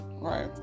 Right